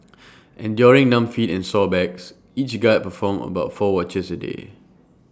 enduring numb feet and sore backs each guard performed about four watches A day